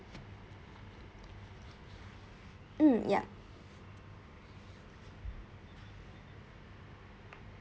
mm yup